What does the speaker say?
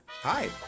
Hi